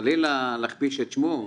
חלילה מלהכפיש את שמו,